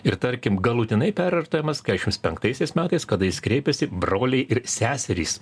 ir tarkim galutinai perorientuojamas keturiasdešimt penktaisiais metais kada jis kreipiasi broliai ir seserys